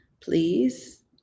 please